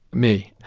me.